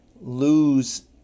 lose